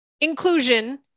inclusion